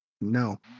No